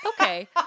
okay